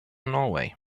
norway